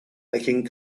making